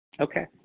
Okay